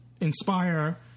inspire